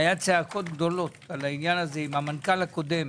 שהיו צעקות גדולות בעניין הזה עם המנכ"ל הקודם